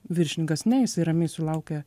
viršininkas ne jisai ramiai sulaukė